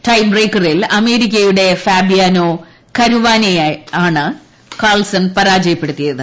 ട്രൈം ബ്രേക്കറിൽ അമേരിക്കയുടെ ഫാബിയാനോ കരുവാനെയെ ആണ് കാൾസൻ പരാജയപ്പെടുത്തിയത്